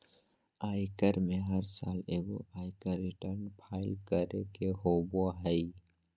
आयकर में हर साल एगो आयकर रिटर्न फाइल करे के होबो हइ